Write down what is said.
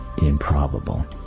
improbable